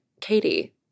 Katie